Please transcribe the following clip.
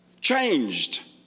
changed